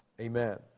Amen